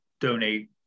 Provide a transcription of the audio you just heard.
donate